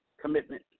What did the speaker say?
commitment